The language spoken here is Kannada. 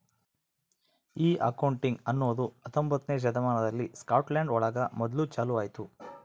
ಈ ಅಕೌಂಟಿಂಗ್ ಅನ್ನೋದು ಹತ್ತೊಂಬೊತ್ನೆ ಶತಮಾನದಲ್ಲಿ ಸ್ಕಾಟ್ಲ್ಯಾಂಡ್ ಒಳಗ ಮೊದ್ಲು ಚಾಲೂ ಆಯ್ತು